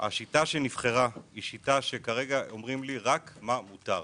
השיטה שנבחרה היא שאומרים לי רק מה מותר,